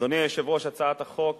אדוני היושב-ראש, הצעת החוק